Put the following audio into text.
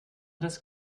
das